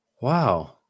Wow